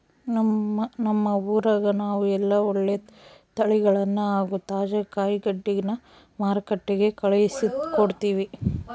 ನಮ್ಮ ಊರಗ ನಾವು ಎಲ್ಲ ಒಳ್ಳೆ ತಳಿಗಳನ್ನ ಹಾಗೂ ತಾಜಾ ಕಾಯಿಗಡ್ಡೆನ ಮಾರುಕಟ್ಟಿಗೆ ಕಳುಹಿಸಿಕೊಡ್ತಿವಿ